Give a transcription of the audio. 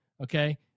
okay